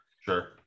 Sure